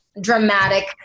dramatic